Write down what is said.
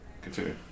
continue